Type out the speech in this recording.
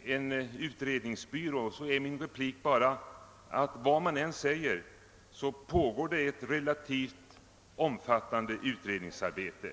en utredningsbyrå är min replik bara, att vad som än sägs pågår det ett relativt omfattande utredningsarbete.